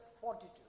fortitude